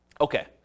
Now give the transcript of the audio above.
Okay